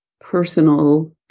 personal